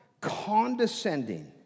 condescending